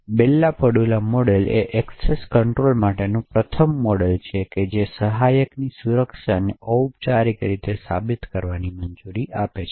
બેલ LaPadula model એ access control માટેનું પ્રથમ મોડેલ છે જે સહાયકની સુરક્ષાને ઓપચારિક રીતે સાબિત કરવાની મંજૂરી આપે છે